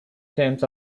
terms